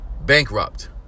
Bankrupt